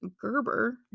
Gerber